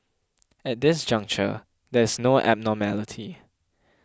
at this juncture there is no abnormality